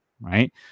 right